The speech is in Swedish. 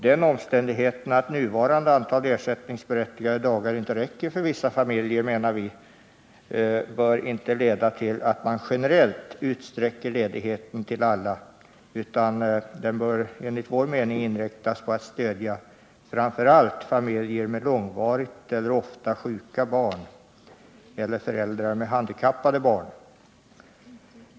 Den omständigheten att nuvarande antal ersättningsberättigade dagar inte räcker för vissa familjer med sjuka barn bör inte leda till att man generellt utsträcker ledigheten till alla, utan den bör enligt vår mening inriktas på att stödja framför allt familjer med långvarigt eller ofta sjuka barn eller föräldrar med handikappade barn.